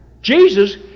Jesus